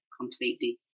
completely